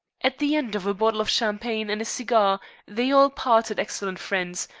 at the end of a bottle of champagne and a cigar they all parted excellent friends,